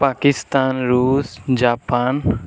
ପାକିସ୍ତାନ୍ ରୁଷ୍ ଜାପାନ୍